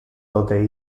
tote